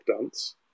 dance